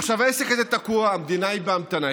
עכשיו, העסק הזה תקוע, המדינה היא בהמתנה.